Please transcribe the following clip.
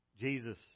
Jesus